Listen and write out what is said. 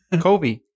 Kobe